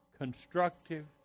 constructive